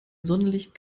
sonnenlicht